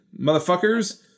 motherfuckers